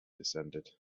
descended